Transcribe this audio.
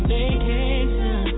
vacation